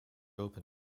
open